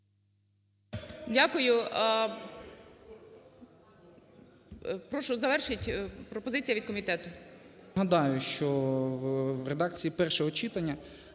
Дякую. Прошу завершіть, пропозиція від комітету.